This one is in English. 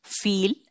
feel